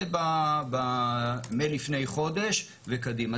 זה לפני חודש וקדימה.